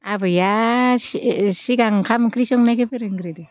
आबैया सिगां ओंखाम ओंख्रि संनायखौ फोरोंग्रोदो